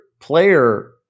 player